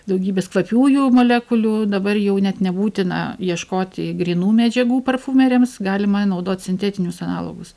daugybės kvapiųjų molekulių dabar jau net nebūtina ieškoti grynų medžiagų parfumeriams galima naudot sintetinius analogus